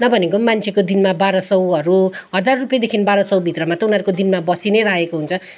नभनेको पनि मान्छेको दिनमा बाह्र सौहरू हजार रुपियाँदेखि बाह्र सौ भित्रमा त उनीहरूको दिनमा बसि नै राखेको हुन्छ